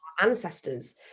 ancestors